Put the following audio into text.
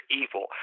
evil